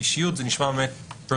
אישיות זה personality באנגלית,